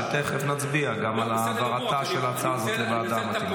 ותכף נצביע על העברתה של ההצעה הזאת לוועדה המתאימה.